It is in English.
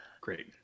Great